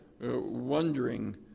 wondering